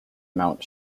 mount